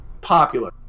popular